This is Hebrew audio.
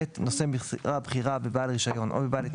(ב) נושא משרה בכירה בבעל רישיון או בבעל היתר